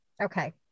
Okay